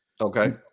Okay